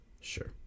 Sure